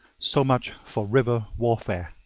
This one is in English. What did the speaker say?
so much for river warfare.